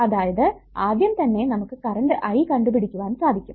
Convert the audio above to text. അതായത് ആദ്യം തന്നെ നമുക്ക് കറണ്ട് I കണ്ടുപിടിക്കുവാൻ സാധിക്കും